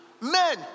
Men